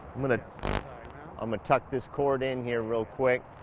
i'm gonna um tuck this cord in here real quick.